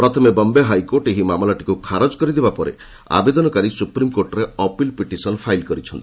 ପ୍ରଥମେ ବମ୍ବେ ହାଇକୋର୍ଟ ଏହି ମାମଲାଟିକୁ ଖାରଜ କରିଦେବା ପରେ ଆବେଦନକାରୀ ସୁପ୍ରିମକୋର୍ଟରେ ଅପିଲ ପିଟିସନ୍ ଫାଇଲ୍ କରିଛନ୍ତି